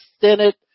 Senate